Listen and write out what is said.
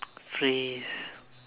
phrase